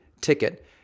ticket